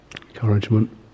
Encouragement